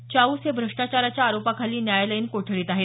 चाऊस हे भ्रष्टाचाराच्या आरोपाखाली न्यायालयीन कोठडीत आहेत